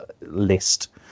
list